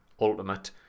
Ultimate